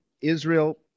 Israel